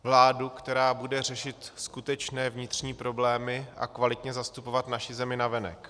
Vládu, která bude řešit skutečné vnitřní problémy a kvalitně zastupovat naši zemi navenek.